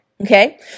Okay